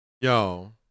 Yo